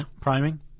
Priming